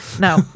no